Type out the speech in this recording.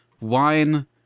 wine